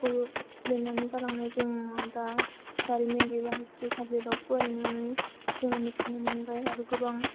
खौ लिरनानै गालांनाय जों दा जारिमिननि बा हिसथ्रि साबजेक्तयाव फरायनानै जोङो मिथिनो मोनबाय आरो गोबां